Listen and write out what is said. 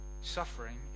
suffering